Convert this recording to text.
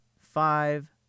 five